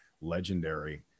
legendary